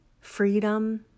freedom